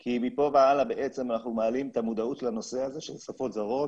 כי מפה והלאה בעצם אנחנו מעלים את המודעות לנושא הזה של שפות זרות,